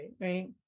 right